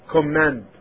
command